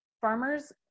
farmers